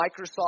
Microsoft